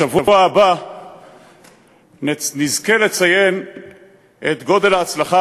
בשבוע הבא נזכה לציין את גודל ההצלחה